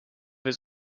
its